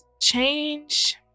change